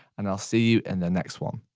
and i'll see you in the next one.